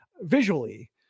visually